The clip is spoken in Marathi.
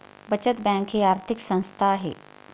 बचत बँक ही आर्थिक संस्था आहे